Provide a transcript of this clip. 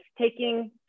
taking